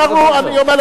אני אומר לך,